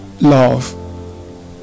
love